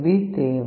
B தேவை